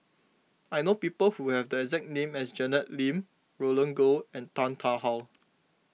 I know people who have the exact name as Janet Lim Roland Goh and Tan Tarn How